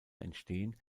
entstehen